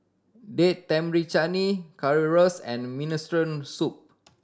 Date Tamarind Chutney Currywurst and Minestrone Soup